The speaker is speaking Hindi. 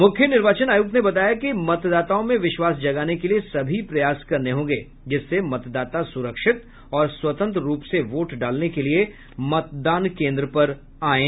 मुख्य निर्वाचन आयुक्त ने बताया कि मतदाताओं में विश्वास जगाने के लिए सभी प्रयास करने होंगे जिससे मतदाता सुरक्षित और स्वतंत्र रूप से वोट डालने के लिए मतदान केंद्र पर आएं